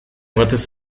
batez